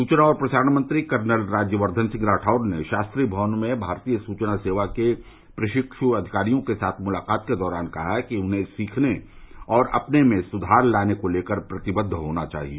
सुचना और प्रसारण मंत्री कर्नल राज्यवर्धन सिंह राठौर ने शास्त्री भवन में भारतीय सूचना सेवा के प्रशिक् अधिकारियों के साथ मुलाकात के दौरान कहा कि उन्हें सीखने और अपने में सुधार लाने को लेकर प्रतिबद्द होना चाहिए